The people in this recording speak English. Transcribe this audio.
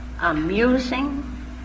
amusing